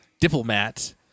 diplomat